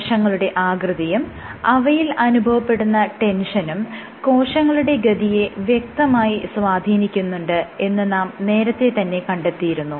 കോശങ്ങളുടെ ആകൃതിയും അവയിൽ അനുഭവപ്പെടുന്ന ടെൻഷനും കോശങ്ങളുടെ ഗതിയെ വ്യക്തമായി സ്വാധീനിക്കുന്നുണ്ട് എന്ന് നാം നേരത്തെ തന്നെ കണ്ടെത്തിയിരുന്നു